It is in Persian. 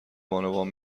بانوان